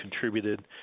contributed